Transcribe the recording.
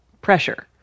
pressure